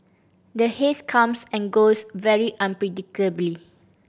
the haze comes and goes very unpredictably